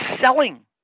selling